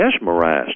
mesmerized